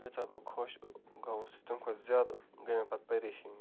یوٗتاہ بہٕ خۄش گوٚوُس تہٕ تَمۍ کھۄتہٕ زیادٕ گٔے مےٚ پَتہٕ پَریشٲنی